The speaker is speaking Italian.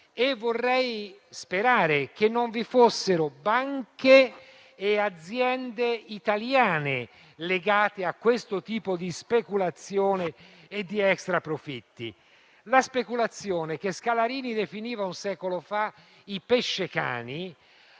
e vorrei sperare che non vi fossero banche e aziende italiane legate a questo tipo di speculazione e di extraprofitti. La speculazione che Scalarini un secolo fa definiva